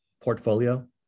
portfolio